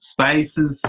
spaces